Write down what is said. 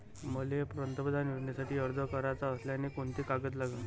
मले पंतप्रधान योजनेसाठी अर्ज कराचा असल्याने कोंते कागद लागन?